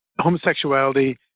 homosexuality